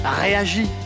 réagit